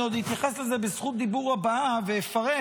אני עוד אתייחס לזה בזכות הדיבור הבאה ואפרט,